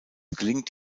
gelingt